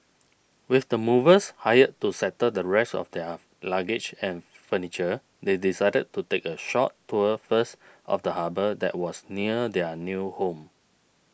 with the movers hired to settle the rest of their luggage and furniture they decided to take a short tour first of the harbour that was near their new home